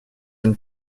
and